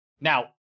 Now